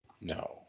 no